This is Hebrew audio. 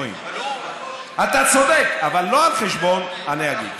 אתה צודק, אבל לא על חשבון הנהגים.